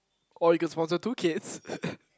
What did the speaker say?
oh or you can sponsor two kids